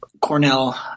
Cornell